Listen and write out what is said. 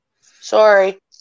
sorry